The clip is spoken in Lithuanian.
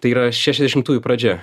tai yra šešiasdešimtųjų pradžia